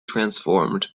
transformed